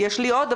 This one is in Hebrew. יש לי עוד,